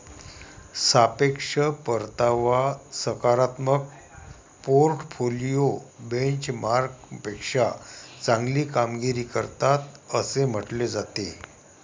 सापेक्ष परतावा सकारात्मक पोर्टफोलिओ बेंचमार्कपेक्षा चांगली कामगिरी करतात असे म्हटले जाते